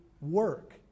work